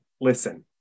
listen